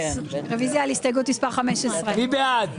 רוויזיה על הסתייגות מס' 23. מי בעד,